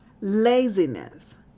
laziness